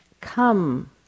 come